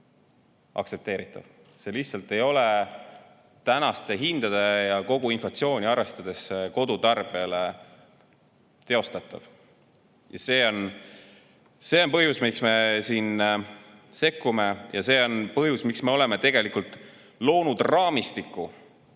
See ei ole tänaseid hindu ja kogu inflatsiooni arvestades kodutarbijale teostatav. See on põhjus, miks me sekkume, ja see on põhjus, miks me oleme loonud raamistiku,